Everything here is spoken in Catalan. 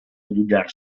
allotjar